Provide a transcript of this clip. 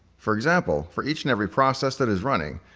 for example, for each and every process that is running,